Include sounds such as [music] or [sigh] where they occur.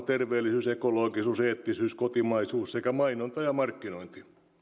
[unintelligible] terveellisyys ekologisuus eettisyys kotimaisuus sekä mainonta ja markkinointi